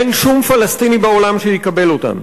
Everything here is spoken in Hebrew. אין שום פלסטיני בעולם שיקבל אותם,